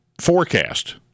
forecast